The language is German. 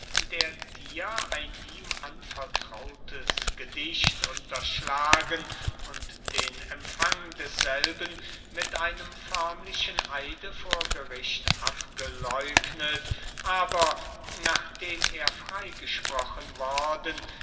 der dir ein ihm anvertrautes gedicht unterschlagen und den empfang desselben mit einem förmlichen eide vor gericht abgeläugnet aber nachdem er frey gesprochen worden